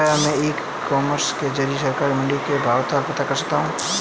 क्या मैं e commerce के ज़रिए सरकारी मंडी के भाव पता कर सकता हूँ?